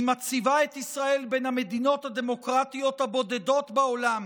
היא מציבה את ישראל בין המדינות הדמוקרטיות הבודדות בעולם